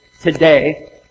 today